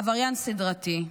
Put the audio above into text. עבריין סדרתי.